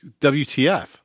WTF